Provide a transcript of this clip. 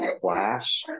class